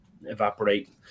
evaporate